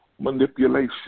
manipulation